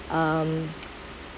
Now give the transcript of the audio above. um